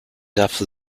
after